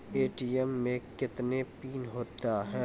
ATM मे कितने PIN होता हैं?